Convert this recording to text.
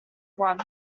one